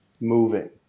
moving